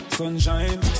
sunshine